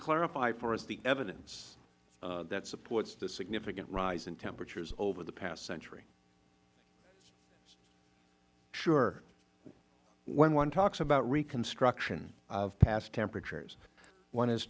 larify for us the evidence that supports the significant rise in temperatures over the past century mister holdren sure when one talks about reconstruction of past temperatures one is